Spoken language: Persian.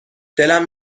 دلم